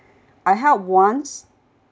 I helped once